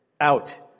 out